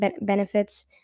benefits